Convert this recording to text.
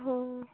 ହଁ